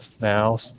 now